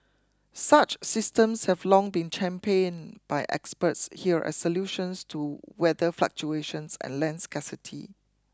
such systems have long been champion by experts here as solutions to weather fluctuations and land scarcity